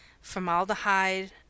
formaldehyde